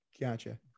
Gotcha